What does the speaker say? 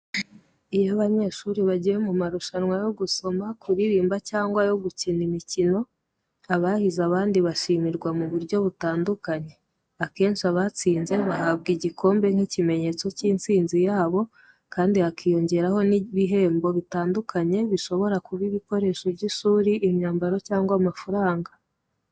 Iyo abanyeshuri bagiye mu marushanwa yo gusoma, kuririmba cyangwa ayo gukina imikino, abahize abandi bashimirwa mu buryo butandukanye. Akenshi, abatsinze bahabwa igikombe nk'ikimenyetso cy'intsinzi yabo, kandi hakiyongeraho n'ibihembo bitandukanye bishobora kuba ibikoresho by'ishuri, imyambaro cyangwa amafaranga.